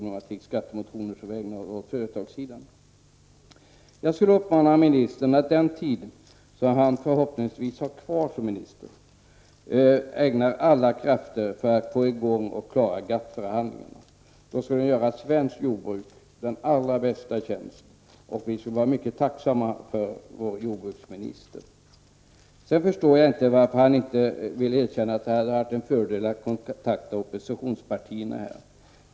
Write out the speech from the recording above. Jag skulle vilja uppmana ministern att ägna alla krafter, den tid som han förhoppningsvis har kvar som minister, åt att få i gång och klara GATT-förhandlingarna. Då skulle han göra svenskt jordbruk den allra bästa tjänst och vi skulle vara mycket tacksamma för vår jordbruksminister. Sedan förstår jag inte varför han inte vill erkänna att det hade varit en fördel att kontakta oppositionspartierna.